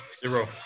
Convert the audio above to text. Zero